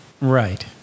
Right